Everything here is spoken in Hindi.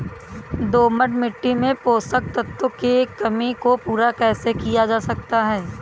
दोमट मिट्टी में पोषक तत्वों की कमी को पूरा कैसे किया जा सकता है?